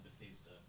Bethesda